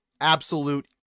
absolute